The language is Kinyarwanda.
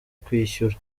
kwishyura